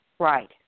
Right